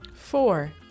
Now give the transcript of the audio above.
four